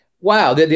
wow